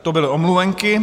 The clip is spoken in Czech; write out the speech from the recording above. To byly omluvenky.